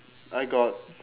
I got